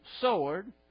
sword